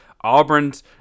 Auburn's